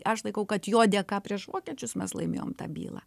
aš laikau kad jo dėka prieš vokiečius mes laimėjom tą bylą